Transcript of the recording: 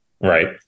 Right